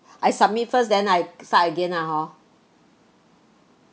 I submit first then I start again lah hor